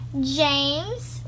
James